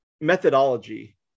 methodology